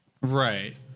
Right